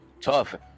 tough